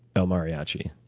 el mariachi,